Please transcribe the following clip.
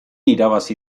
irabazi